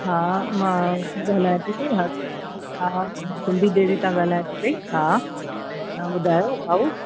हा मां ॻाल्हाया थी हा सिंधी डेरी सां त ॻाल्हायो त सही हा तव्हां ॿुधायो भाऊ